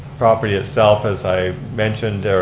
property itself, as i mentioned,